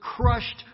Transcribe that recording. crushed